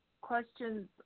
questions